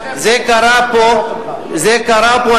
זה קרה פה, תתחנף, תתחנף.